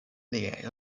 liaj